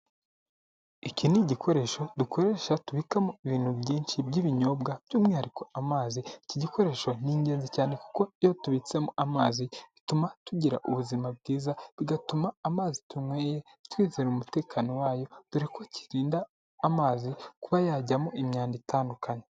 Iki ni igikoresho dukoresha tubikamo ibintu byinshi by'ibinyobwa by'umwihariko amazi. Iki gikoresho ni ingenzi cyane kuko iyo tubitsemo amazi bituma tugira ubuzima bwiza bigatuma amazi tunyweye twizera umutekano wayo dore ko kirinda amazi kuba yajyamo imyanda itandukanye.